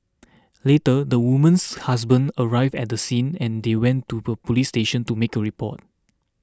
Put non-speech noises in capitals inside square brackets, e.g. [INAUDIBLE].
later the woman's husband arrived at the scene and they went to [UNINTELLIGIBLE] police station to make a report